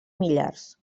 millars